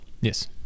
Yes